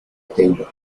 taylor